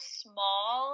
small